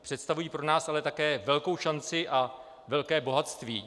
Představují pro nás ale také velkou šanci a velké bohatství.